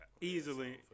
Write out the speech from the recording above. Easily